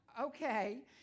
Okay